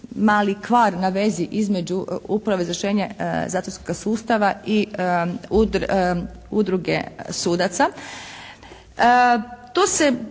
mali kvar na vezi između uprave za izvršenje zatvorskoga sustava i udruge sudaca